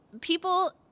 people